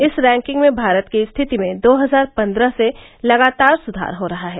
इस रैंकिंग में भारत की स्थिति में दो हजार पन्द्रह से लगातार सुधार हो रहा है